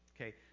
Okay